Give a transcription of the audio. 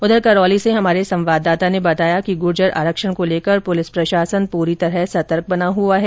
उधर करौली से हमारे संवाददाता ने बताया कि गुर्जर आरक्षण को लेकर पुलिस प्रशासन पूरी तरह सतर्क बना है